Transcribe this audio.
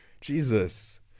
Jesus